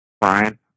Brian